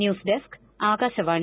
news desk Akashvani